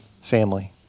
family